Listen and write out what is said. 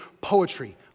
poetry